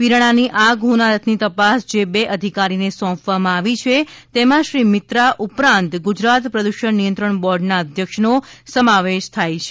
પિરાણાની આગ હોનારતની તપાસ જે બે અધિકારીને સોંપવામાં આવી છે તેમાં શ્રી મિત્રા ઉપરાંત ગુજરાત પ્રદૂષણ નિયંત્રણ બોર્ડના અધ્યક્ષનો સમાવેશ થાય છે